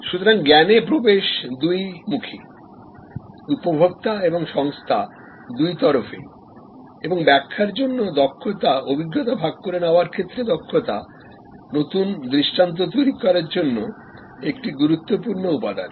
সুতরাং জ্ঞান এখন আসতে পারে দুদিক থেকেইউপভোক্তা এবং সংস্থা দুই তরফ থেকেই এবং ব্যাখ্যার জন্য দক্ষতাঅভিজ্ঞতা ভাগ করে নেওয়ার ক্ষেত্রে দক্ষতা নতুন দৃষ্টান্ত তৈরি করা একটি গুরুত্বপূর্ণ উপাদান